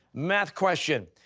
math question.